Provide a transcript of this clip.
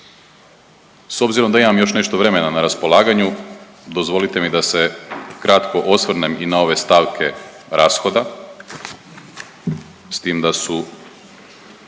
S obzirom da imam još nešto vremena na raspolaganju dozvolite mi da se kratko osvrnem i na ove stavke rashoda, s tim da su